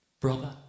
Brother